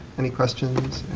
any questions?